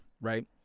right